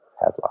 headline